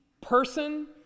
person